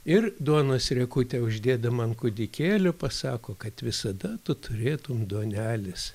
ir duonos riekutę uždėdama ant kūdikėlio pasako kad visada tu turėtum duonelės